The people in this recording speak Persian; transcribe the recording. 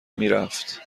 میرفت